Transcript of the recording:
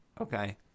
okay